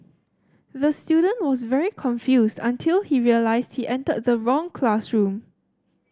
the student was very confused until he realised he entered the wrong classroom